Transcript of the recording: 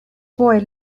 boy